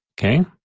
Okay